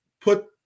put